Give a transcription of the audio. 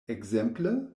ekzemple